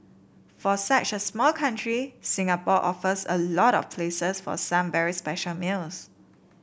for such a small country Singapore offers a lot of places for some very special meals